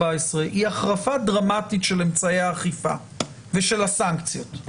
היא החרפה דרמטית של אמצעי האכיפה ושל הסנקציות,